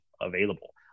available